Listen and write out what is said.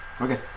Okay